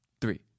three